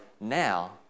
now